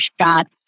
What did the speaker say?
shots